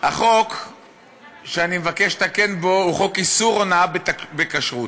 החוק שאני מבקש לתקן הוא חוק איסור הונאה בכשרות.